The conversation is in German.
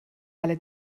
alle